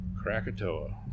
Krakatoa